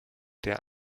der